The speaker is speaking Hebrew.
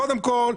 קודם כל,